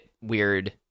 weird